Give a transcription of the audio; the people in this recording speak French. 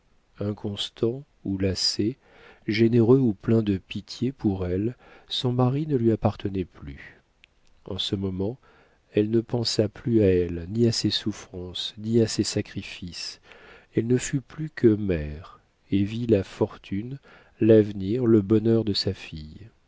solitude inconstant ou lassé généreux ou plein de pitié pour elle son mari ne lui appartenait plus en ce moment elle ne pensa plus à elle ni à ses souffrances ni à ses sacrifices elle ne fut plus que mère et vit la fortune l'avenir le bonheur de sa fille